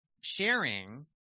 Sharing